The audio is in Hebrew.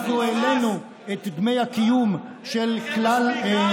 אנחנו העלינו את דמי הקיום של כלל -- אין מספיק,